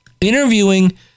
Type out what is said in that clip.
Interviewing